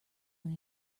when